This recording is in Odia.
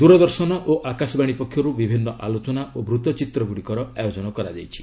ଦୂରଦର୍ଶନ ଓ ଆକାଶବାଣୀ ପକ୍ଷରୁ ବିଭିନ୍ନ ଆଲୋଚନା ଓ ବୂତ୍ତଚିତ୍ର ଗୁଡ଼ିକର ଆୟୋଜନ କରାଯାଇଛି